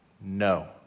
no